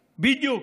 בדיוק: